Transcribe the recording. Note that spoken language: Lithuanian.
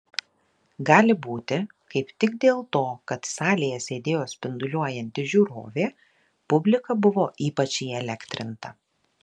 gali būti kaip tik dėl to kad salėje sėdėjo spinduliuojanti žiūrovė publika buvo ypač įelektrinta